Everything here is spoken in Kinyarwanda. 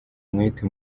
umwete